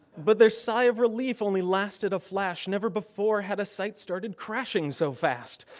but their sigh of relief only lasted a flash. never before had a site started crashing so fast.